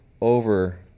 over